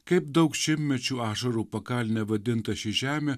kaip daug šimtmečių ašarų pakalne vadinta ši žemė